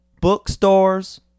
bookstores